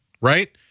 right